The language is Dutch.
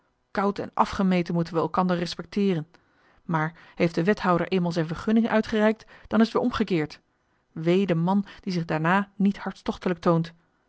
koud en afgemeten moeten we elkander respecteeren maar heeft de wethouder eenmaal zijn vergunning uitgereikt dan is t weer omgekeerd wee de man die zich daarna niet hartstochtelijk toont